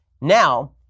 now